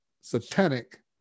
satanic